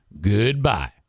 Goodbye